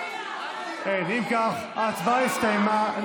אם כך, ההצבעה הסתיימה.